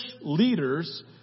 leaders